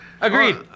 Agreed